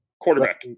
Quarterback